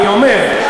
אני אומר,